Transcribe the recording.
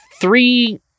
three